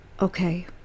Okay